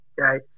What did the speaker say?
Okay